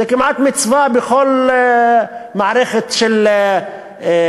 זו כמעט מצווה בכל מערכת אתית,